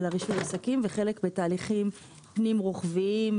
רישוי עסקים וחלק בתהליכים פנים רוחביים.